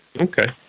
Okay